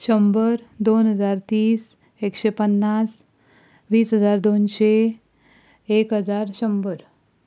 शंबर दोन हजार तीस एकशे पन्नास वीस हजार दोनशे एक हजार शंबर